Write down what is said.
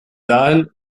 dahin